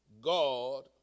God